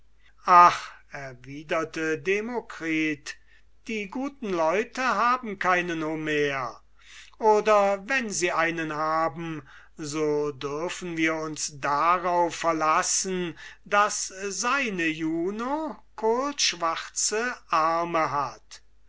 ach erwiderte demokritus die guten leute haben keinen homer oder wenn sie einen haben so dürfen wir uns darauf verlassen daß seine juno kohlschwarze arme hat